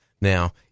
Now